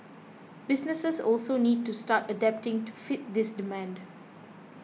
businesses also need to start adapting to fit this demand